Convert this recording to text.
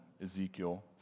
Ezekiel